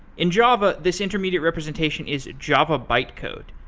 in java, this intermediate representation is java bytecode.